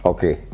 Okay